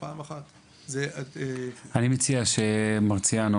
אני מציע שהרב משה מרסיאנו